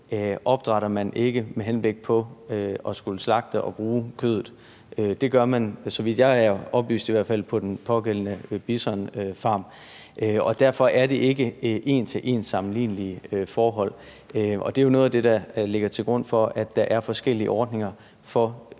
opdrætter man ikke med henblik på at skulle slagte og bruge kødet. Det gør man, så vidt jeg er oplyst i hvert fald, på den pågældende bisonfarm. Derfor er det ikke en til en-sammenlignelige forhold, og det er jo noget af det, der ligger til grund for, at der er forskellige ordninger for